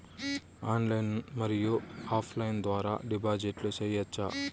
Online మరియు offline ద్వారా డిపాజిట్లు సేయొచ్చా?